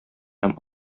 һәм